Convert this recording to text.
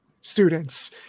students